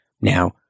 Now